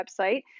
website